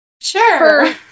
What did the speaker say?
Sure